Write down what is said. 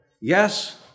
Yes